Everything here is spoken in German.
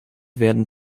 werden